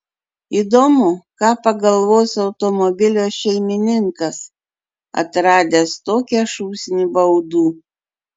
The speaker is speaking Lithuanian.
įdomu ką pagalvos automobilio šeimininkas atradęs tokią šūsnį baudų